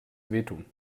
wehtun